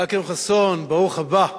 אכרם חסון, ברוך הבא.